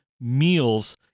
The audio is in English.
meals